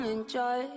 Enjoy